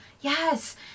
Yes